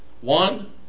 one